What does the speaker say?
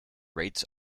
rates